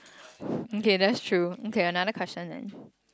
okay that's true okay another question then